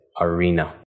arena